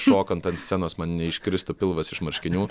šokant ant scenos man neiškristų pilvas iš marškinių